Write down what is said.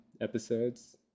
episodes